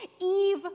Eve